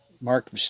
Mark